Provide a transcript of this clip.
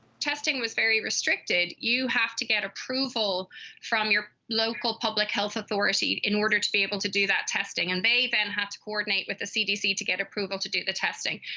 testing was very restricted. you have to get approval from your local public health authority in order to be able to do that testing. and they then have to coordinate with the cdc to get approval to do the testing.